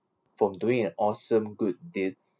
from doing an awesome good deed